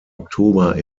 oktober